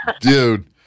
Dude